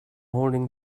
holding